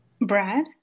Brad